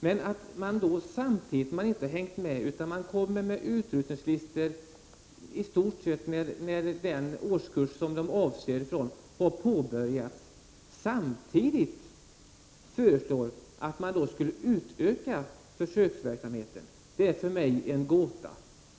Men att samtidigt som man inte har hängt med — utan kommer med ut rustningslistor när den årskurs som de avser har börjat — föreslå en utökning av försöksverksamheten är för mig en gåta.